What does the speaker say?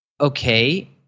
Okay